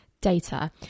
data